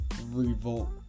Revolt